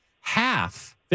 half